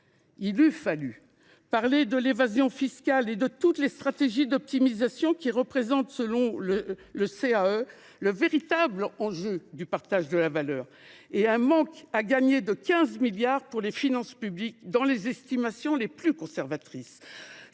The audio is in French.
Il eût fallu parler de l’évasion fiscale et de toutes les stratégies d’optimisation, qui représentent, selon le CAE, le véritable enjeu en matière de partage de la valeur… Bravo !… et un manque à gagner de 15 milliards d’euros pour les finances publiques, selon les estimations les plus conservatrices.